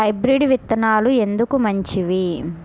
Hybrid విత్తనాలు ఎందుకు మంచివి?